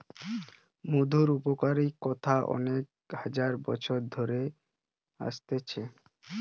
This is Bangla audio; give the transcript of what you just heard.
মধুর উপকারের কথা অনেক হাজার বছর থিকে চলে আসছে